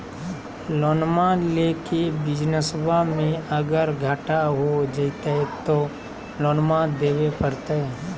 लोनमा लेके बिजनसबा मे अगर घाटा हो जयते तो लोनमा देवे परते?